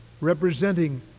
representing